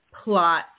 plot